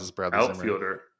outfielder